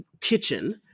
kitchen